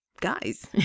guys